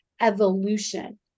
evolution